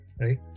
right